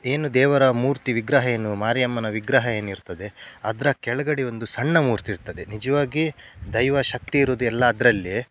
ಏನು ದೇವರ ಮೂರ್ತಿ ವಿಗ್ರಹ ಏನು ಮಾರಿಯಮ್ಮನ ವಿಗ್ರಹ ಏನಿರ್ತದೆ ಅದರ ಕೆಳಗಡೆ ಒಂದು ಸಣ್ಣ ಮೂರ್ತಿ ಇರ್ತದೆ ನಿಜವಾಗಿ ದೈವ ಶಕ್ತಿ ಇರೋದು ಎಲ್ಲ ಅದರಲ್ಲಿ